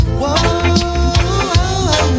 whoa